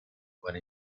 buone